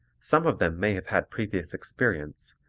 some of them may have had previous experience,